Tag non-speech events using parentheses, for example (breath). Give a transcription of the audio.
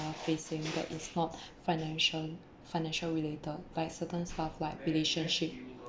facing but it's not (breath) financial financial related like certain stuff like relationship